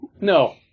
no